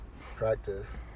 practice